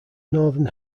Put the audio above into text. northern